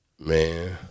Man